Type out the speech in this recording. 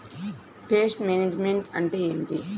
Pest management అంటే ఏమిటి?